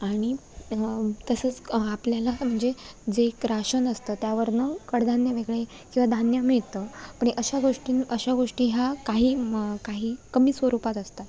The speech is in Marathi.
आणि तसंच आपल्याला म्हणजे जे एक राशन असतं त्यावरनं कडधान्य वेगळे किंवा धान्य मिळतं पण अशा गोष्टी अशा गोष्टी ह्या काही काही कमी स्वरूपात असतात